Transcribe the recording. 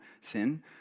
sin